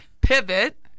pivot